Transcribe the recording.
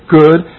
good